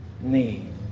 need